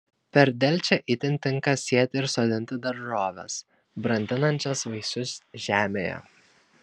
per delčią itin tinka sėti ir sodinti daržoves brandinančias vaisius žemėje